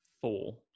Four